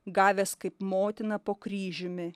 gavęs kaip motiną po kryžiumi